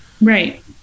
Right